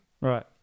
right